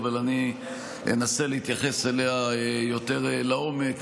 אבל אני אנסה להתייחס אליה יותר לעומק,